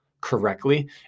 correctly